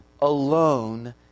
alone